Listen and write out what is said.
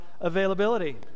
availability